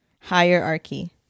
hierarchy